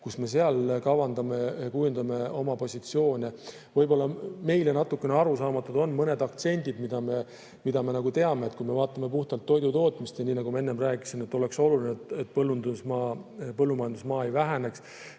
kus me kujundame oma positsioone. Võib-olla on meile natukene arusaamatud mõned aktsendid, mida me teame. Kui me vaatame puhtalt toidutootmist, siis nagu ma enne rääkisin, oleks oluline, et põllumajandusmaa ei väheneks,